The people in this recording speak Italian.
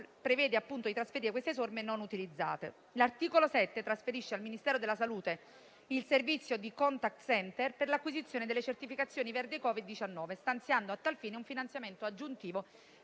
connesse all'emergenza Covid-19 e non utilizzate. L'articolo 7 trasferisce al Ministero della salute il servizio di *contact center* per l'acquisizione delle certificazioni verdi Covid-19, stanziando a tal fine un finanziamento aggiuntivo